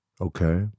Okay